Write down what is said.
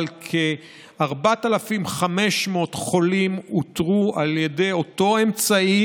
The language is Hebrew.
אבל כ-4,500 חולים אותרו על ידי אותו אמצעי